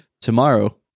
Tomorrow